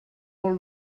molt